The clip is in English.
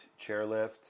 chairlift